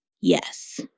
yes